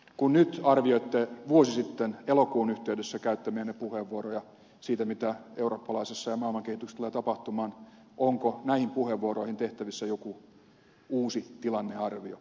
kun nyt arvioitte vuosi sitten elokuun tapahtumien yhteydessä käyttämiänne puheenvuoroja siitä mitä eurooppalaisessa ja maailman kehityksessä tulee tapahtumaan niin onko näihin puheenvuoroihin tehtävissä joku uusi tilannearvio